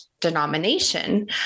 denomination